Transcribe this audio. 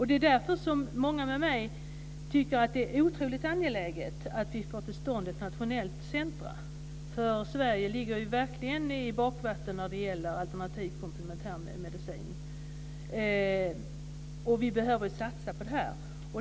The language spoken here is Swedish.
Det är därför som många med mig tycker att det är angeläget att vi får till stånd ett nationellt centrum. Sverige ligger verkligen i bakvattnet när det gäller alternativ/komplementär medicin. Vi behöver satsa på det.